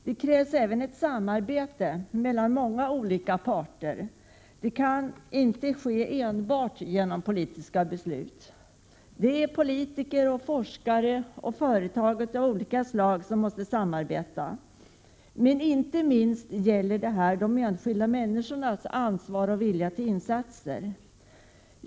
Det krävs även ett samarbete mellan många olika parter. Det behövs alltså inte enbart politiska beslut. Politiker, forskare och företag av olika slag måste samarbeta. Inte minst gäller det här de enskilda människornas ansvar och vilja att göra insatser.